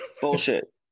bullshit